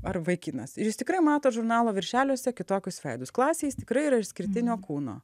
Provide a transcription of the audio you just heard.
ar vaikinas ir jis tikrai mato žurnalo viršeliuose kitokius veidus klasėj jis tikrai yra išskirtinio kūno